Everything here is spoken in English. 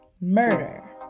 murder